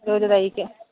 ഒരു തൈക്ക്